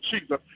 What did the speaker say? Jesus